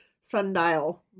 sundial